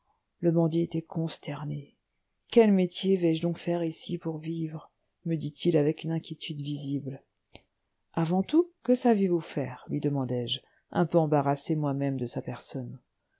le bandit était consterné quel métier vais-je donc faire ici pour vivre me dit-il avec une inquiétude visible avant tout que savez-vous faire lui demandai-je un peu embarrassé moi-même de sa personne